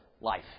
life